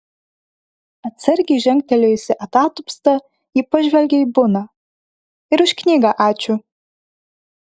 atsargiai žengtelėjusi atatupsta ji pažvelgė į buną ir už knygą ačiū